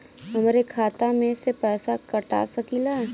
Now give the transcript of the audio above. हमरे खाता में से पैसा कटा सकी ला?